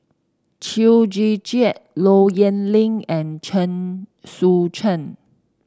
Chew Joo Chiat Low Yen Ling and Chen Sucheng